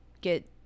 get